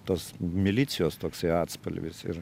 tos milicijos toksai atspalvis ir